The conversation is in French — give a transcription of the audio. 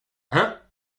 hein